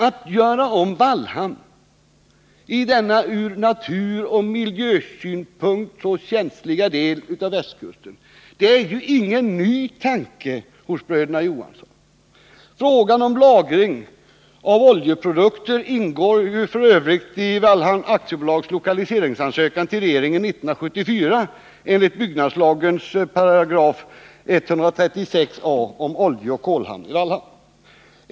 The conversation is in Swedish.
Att göra om Vallhamn, i denna från naturoch miljösynpunkt så känsliga del av västkusten är ingen ny tanke hos bröderna Johansson. Frågan om lagring av oljeprodukter ingår f. ö. i Wallhamn AB:s lokaliseringsansökan till regeringen 1974 enligt byggnadslagens 136 a§ om oljeoch kolhamn i Vallhamn.